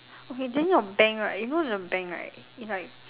okay then your bank right you know the bank right it's like